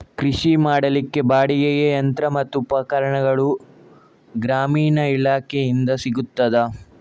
ಕೃಷಿ ಮಾಡಲಿಕ್ಕೆ ಬಾಡಿಗೆಗೆ ಯಂತ್ರ ಮತ್ತು ಉಪಕರಣಗಳು ಗ್ರಾಮೀಣ ಇಲಾಖೆಯಿಂದ ಸಿಗುತ್ತದಾ?